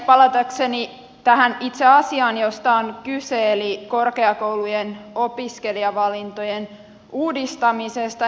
palatakseni tähän itse asiaan josta on kyse eli korkeakoulujen opiskelijavalintojen uudistamiseen